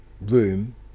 room